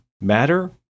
matter